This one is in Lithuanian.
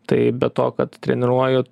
tai be to kad treniruoju